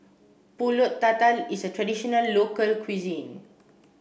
Pulut Tatal is a traditional local cuisine